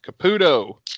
Caputo